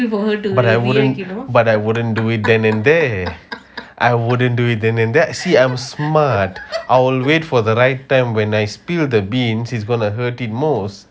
but I wouldn't but I wouldn't do it then and there I wouldn't do it then and there let's see I was smart I will wait for the right time when I spilled the bean it was going to hurt the most